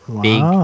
big